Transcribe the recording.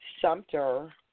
Sumter